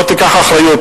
לא תיקח אחריות,